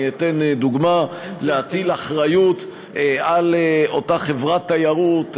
אני אתן דוגמה: להטיל אחריות על אותה חברת תיירות,